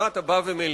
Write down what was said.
מה אתה בא ומלין?